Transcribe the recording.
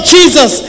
Jesus